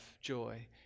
joy